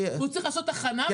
הוא צריך לעשות הכנה,